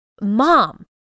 mom